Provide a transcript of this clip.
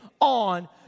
on